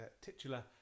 titular